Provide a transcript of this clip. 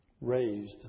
raised